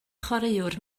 chwaraewr